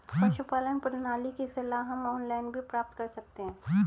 पशुपालन प्रणाली की सलाह हम ऑनलाइन भी प्राप्त कर सकते हैं